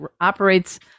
operates